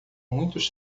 muitos